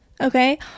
okay